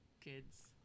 kids